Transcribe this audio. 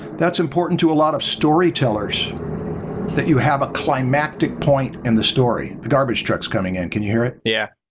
that's important to a lot of storytellers that you have a climactic point in the story. the garbage truck is coming in, can you hear it? stan yeah.